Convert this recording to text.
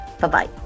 Bye-bye